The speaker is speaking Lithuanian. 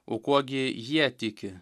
o kuo gi jie tiki